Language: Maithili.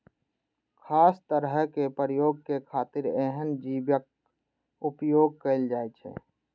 खास तरहक प्रयोग के खातिर एहन जीवक उपोयग कैल जाइ छै